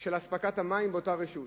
של אספקת מים ברשות.